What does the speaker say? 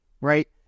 right